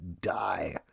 die